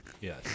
Yes